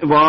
Hva